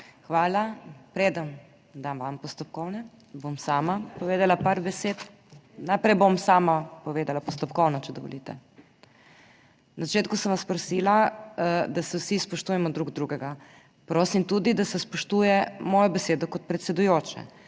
Hvala. Preden dam vam postopkovno, bom sama povedala par besed. Najprej bom sama povedala, postopkovno, če dovolite. Na začetku sem vas prosila, da se vsi spoštujemo drug drugega. Prosim tudi, da se spoštuje mojo besedo kot predsedujoče.